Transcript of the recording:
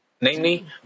Namely